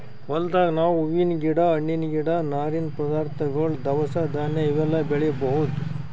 ಹೊಲ್ದಾಗ್ ನಾವ್ ಹೂವಿನ್ ಗಿಡ ಹಣ್ಣಿನ್ ಗಿಡ ನಾರಿನ್ ಪದಾರ್ಥಗೊಳ್ ದವಸ ಧಾನ್ಯ ಇವೆಲ್ಲಾ ಬೆಳಿಬಹುದ್